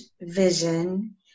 vision